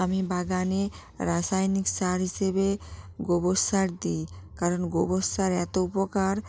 আমি বাগানে রাসায়নিক সার হিসেবে গোবর সার দিই কারণ গোবর সার এত উপকার